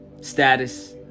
status